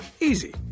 easy